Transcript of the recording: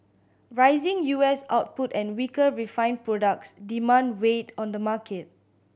rising U S output and weaker refined products demand weighed on the market